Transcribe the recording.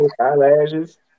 Eyelashes